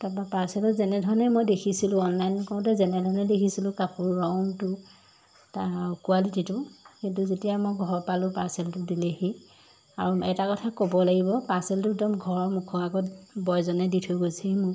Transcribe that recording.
তাৰপা পাৰ্চেলটো যেনেধৰণে মই দেখিছিলোঁ অনলাইন কৰোঁতে যেনেধৰণে দেখিছিলোঁ কাপোৰ ৰংটো তাৰ কোৱালিটিটো সেইটো যেতিয়া মই ঘৰ পালোঁ পাৰ্চেলটোত দিলেহি আৰু এটা কথা ক'ব লাগিব পাৰ্চেলটো একদম ঘৰৰ মুখৰ আগত বয়জনে দি থৈ গৈছেহি মোক